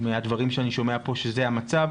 מהדברים שאני שומע פה שזה המצב,